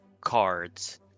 cards